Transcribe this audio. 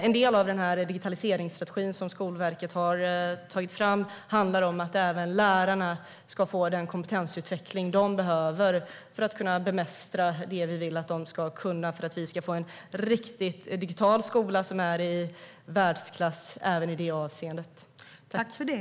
En del av digitaliseringsstrategin som Skolverket har tagit fram handlar om att även lärarna ska få den kompetensutveckling de behöver för att kunna bemästra det vi vill att de ska kunna för att vi ska få en riktigt digital skola som är i världsklass även i det avseendet.